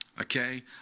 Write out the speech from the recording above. Okay